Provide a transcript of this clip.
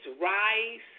rice